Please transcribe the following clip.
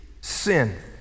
sin